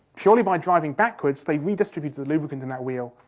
purely by driving backwards, they redistributed the lubricant in that wheel,